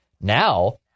Now